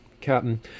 Captain